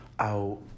out